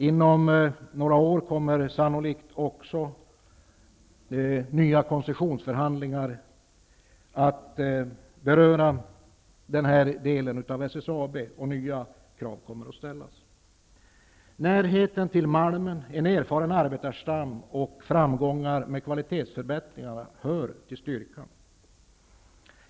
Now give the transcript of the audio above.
Inom några år kommer nya koncessionsförhandlingar sannolikt att beröra denna del av SSAB, och nya krav kommer att ställas. Närheten till malmen, en erfaren arbetarstam och framgångar med kvalitetsförbättringar hör till styrkan.